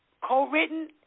co-written